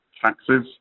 taxes